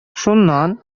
шуннан